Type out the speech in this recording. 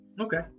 Okay